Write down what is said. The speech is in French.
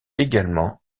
également